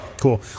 Cool